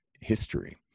history